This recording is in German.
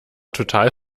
total